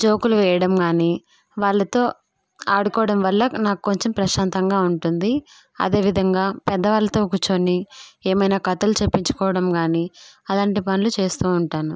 జోకులు వేయడం కానీ వాళ్లతో ఆడుకోవడం వల్ల నాకు కొంచెం ప్రశాంతంగా ఉంటుంది అదేవిధంగా పెద్దవాళ్ళతో కూర్చొని ఏమైనా కథలు చెప్పించుకోవడం కానీ అలాంటి పనులు చేస్తూ ఉంటాను